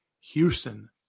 Houston